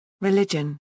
Religion